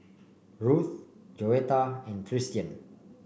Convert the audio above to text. Ruth Joetta and Tristian